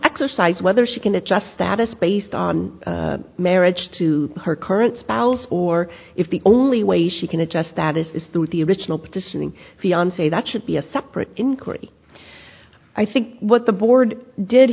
exercise whether she can adjust status based on marriage to her current spouse or if the only way she can adjust status is through the original petitioning fiance that should be a separate inquiry i think what the board did